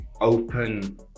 open